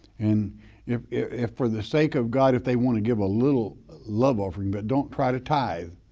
and if if for the sake of god, if they wanna give a little love offering, but don't try to tithe